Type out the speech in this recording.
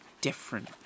different